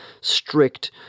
strict